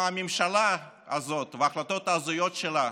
מה הממשלה הזאת וההחלטות ההזויות שלה